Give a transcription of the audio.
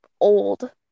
old